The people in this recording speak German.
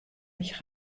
mich